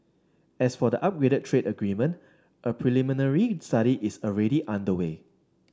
as for the upgraded trade agreement a preliminary study is already underway